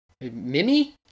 mimi